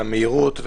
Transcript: על המהירות,